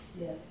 Yes